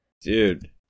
dude